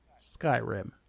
Skyrim